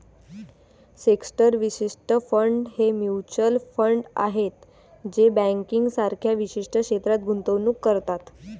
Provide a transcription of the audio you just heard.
sector विशिष्ट fund हे mutual fund आहेत जे बँकिंग सारख्या विशिष्ट क्षेत्रात गुंतवणूक करतात